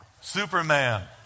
Superman